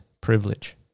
privilege